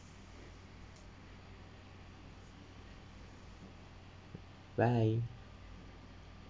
bye